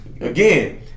Again